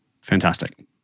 Fantastic